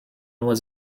was